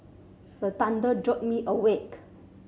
the thunder jolt me awake